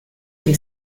que